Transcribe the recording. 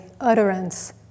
utterance